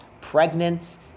pregnant